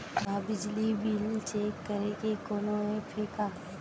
का बिजली बिल ल चेक करे के कोनो ऐप्प हे का?